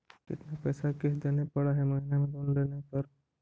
कितना पैसा किस्त देने पड़ है महीना में लोन लेने पर?